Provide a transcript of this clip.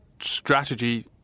strategy